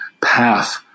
path